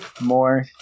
more